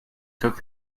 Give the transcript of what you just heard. took